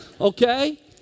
Okay